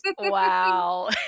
wow